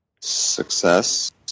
Success